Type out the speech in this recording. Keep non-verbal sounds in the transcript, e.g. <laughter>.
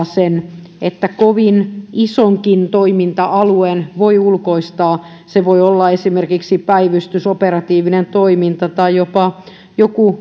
<unintelligible> sen että kovin isonkin toiminta alueen voi ulkoistaa se voi olla esimerkiksi päivystys operatiivinen toiminta tai jopa joku <unintelligible>